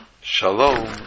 Shalom